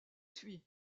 suit